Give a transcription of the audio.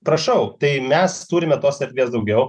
prašau tai mes turime tos erdvės daugiau